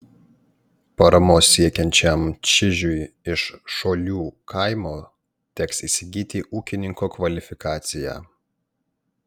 paramos siekiančiam čižiui iš šolių kaimo teks įsigyti ūkininko kvalifikaciją